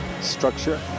structure